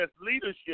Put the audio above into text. leadership